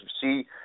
see